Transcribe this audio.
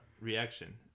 reaction